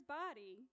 body